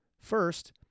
First